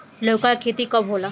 लौका के खेती कब होला?